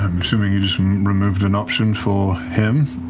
i'm assuming you just removed an option for him?